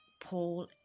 Paul